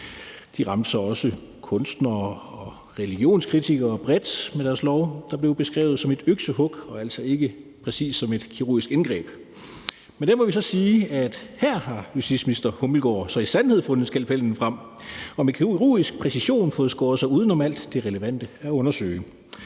De ramte så også kunstnere og religionskritikere bredt med deres lov, der blev beskrevet som et øksehug, og ramte altså ikke præcist som et kirurgisk indgreb. Men vi må så sige, at her har justitsminister Peter Hummelgaard så i sandhed fundet skalpellen frem og med kirurgisk præcision fået skåret sig uden om alt det relevante at undersøge.